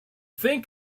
think